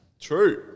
True